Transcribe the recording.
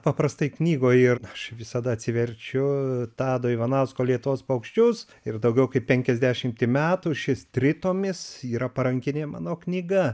paprastai knygoj ir aš visada atsiverčiu tado ivanausko lietuvos paukščius ir daugiau kaip penkiasdešimtį metų šis tritomis yra parankinė mano knyga